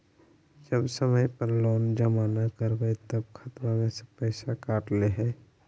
जब समय पर लोन जमा न करवई तब खाता में से पईसा काट लेहई?